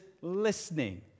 listening